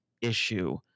issue